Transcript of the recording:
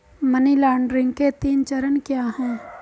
Money laundering के तीन चरण क्या हैं?